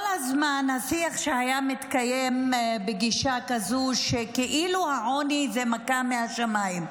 כל הזמן השיח שהיה התקיים בגישה כזו שכאילו העוני זה מכה מהשמיים,